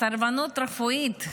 "סרבנות רפואית",